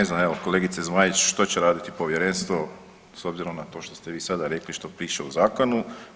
Ne znam evo kolegice Zmaić što će raditi povjerenstvo s obzirom na to što ste vi sada rekli što piše u zakonu.